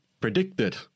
predicted